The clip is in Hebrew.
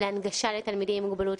להנגשה לתלמידים עם מוגבלות,